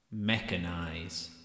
Mechanize